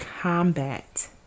combat